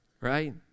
right